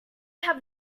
have